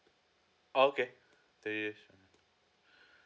okay then if uh